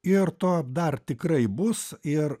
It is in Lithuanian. ir to dar tikrai bus ir